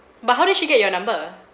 but how did she get your number